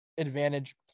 advantage